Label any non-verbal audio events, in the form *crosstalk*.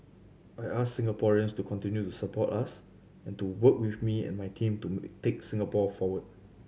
I ask Singaporeans to continue to support us and to work with me and my team to *unintelligible* take Singapore forward